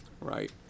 right